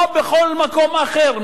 או בכל מקום אחר,